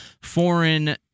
foreign